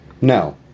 No